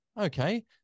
okay